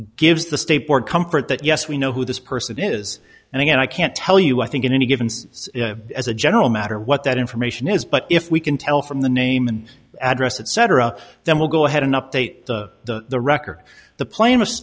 gives the state board comfort that yes we know who this person is and again i can't tell you i think in any given as a general matter what that information is but if we can tell from the name and address etc then we'll go ahead an update the record the pla